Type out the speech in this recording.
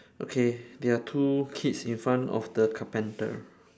okay there are two kids in front of the carpenter